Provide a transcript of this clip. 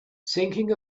thinking